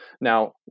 now